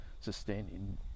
sustaining